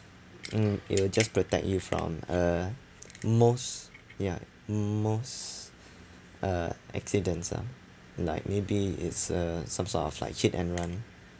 mm it'll just protect you from uh most ya most uh accidents ah like maybe it's a some sort of like hit and run